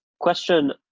question